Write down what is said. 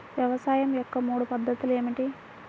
వ్యవసాయం యొక్క మూడు పద్ధతులు ఏమిటి?